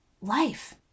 life